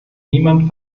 niemand